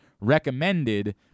recommended